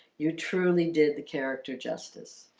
you truly did the character justice